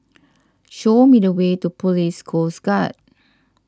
show me the way to Police Coast Guard